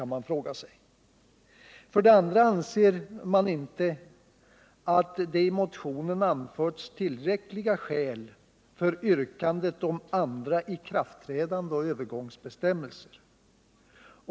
Nr 82 För det andra anser utskottet inte att det i motionen anförts tillräckliga skäl för yrkandet om andra ikraftträdandeoch övergångsbestämmelser.